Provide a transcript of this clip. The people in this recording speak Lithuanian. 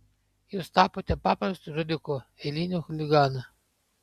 jūs tapote paprastu žudiku eiliniu chuliganu